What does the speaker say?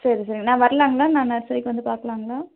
சரி சரிங்க நான் வரலாங்களா நான் நர்சரிக்கு வந்து பாக்கலாம்ங்களா